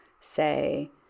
say